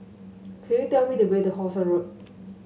could you tell me the way to How Sun Road